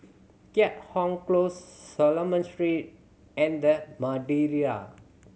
Keat Hong Close Solomon Street and The Madeira